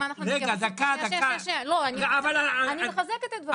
אני מחזקת את דבריך.